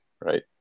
right